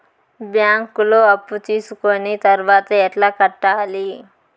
బ్యాంకులో అప్పు తీసుకొని తర్వాత ఎట్లా కట్టాలి?